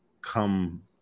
come